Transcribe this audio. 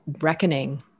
reckoning